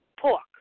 pork